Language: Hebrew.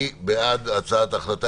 אני מעלה להצבעה את הצעת החוק.